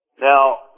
Now